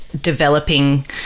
developing